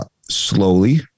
slowly